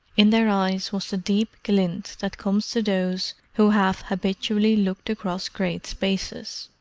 in their eyes was the deep glint that comes to those who have habitually looked across great spaces.